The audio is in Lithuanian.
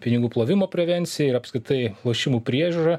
pinigų plovimo prevencija ir apskritai lošimų priežiūra